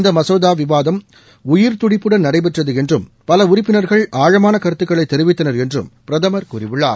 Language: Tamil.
இந்த மசோதா விவாதம் உயிர்துடிப்புடன் நடைபெற்றது என்றும் பல உறுப்பினர்கள் ஆழமான கருத்துக்களை தெரிவித்தனா் என்றும் பிரதமா் கூறியுள்ளார்